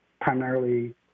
primarily